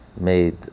made